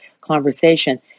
conversation